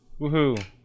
Woohoo